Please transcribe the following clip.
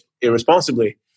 irresponsibly